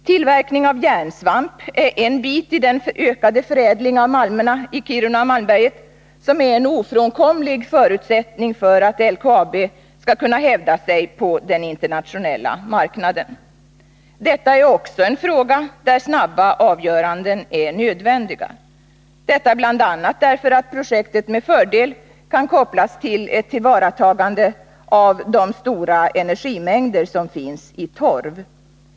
Tillverkning av järnsvamp är en bit i den ökade förädling av malmerna i Kiruna och Malmberget som är en ofrånkomlig förutsättning för att LKAB skall kunna hävda sig på den internationella marknaden. Detta är också en fråga där snabba avgöranden är nödvändiga. Detta bl.a. därför att projektet med fördel kan kopplas till ett tillvaratagande av de stora energimängder som finns i torv.